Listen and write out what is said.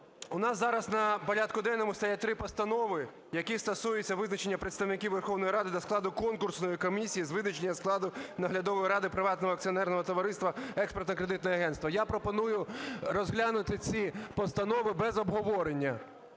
У нас зараз на порядку денному стоять три постанови, які стосуються визначення представників Верховної Ради до складу конкурсної комісії з визначення складу наглядової ради приватного акціонерного товариства "Експортно-кредитне агентство". Я пропоную розглянути ці постанови без обговорення.